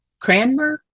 Cranmer